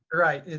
right.